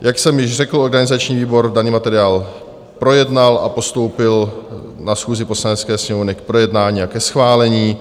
Jak jsem již řekl, organizační výbor daný materiál projednal a postoupil na schůzi Poslanecké sněmovny k projednání a ke schválení.